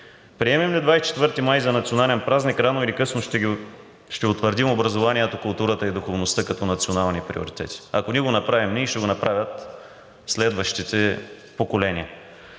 Приемем ли 24 май за национален празник, рано или късно ще утвърдим образованието, културата и духовността като национални приоритети. Ако не го направим ние, ще го направят следващите поколения.